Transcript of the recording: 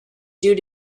due